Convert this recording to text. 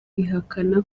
bihakana